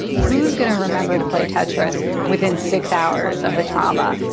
who's going to remember to play tetris within six hours of a trauma?